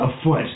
afoot